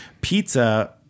pizza